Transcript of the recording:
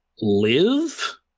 live